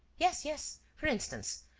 yes, yes. for instance,